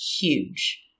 huge